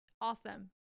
awesome